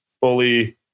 fully